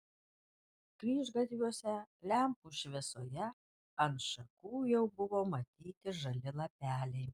kryžgatviuose lempų šviesoje ant šakų jau buvo matyti žali lapeliai